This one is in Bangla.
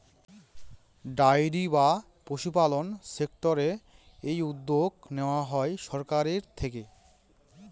ডেয়ারি বা পশুপালন সেক্টরের এই উদ্যোগ নেওয়া হয় সরকারের থেকে